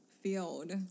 field